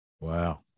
Wow